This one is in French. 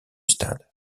stade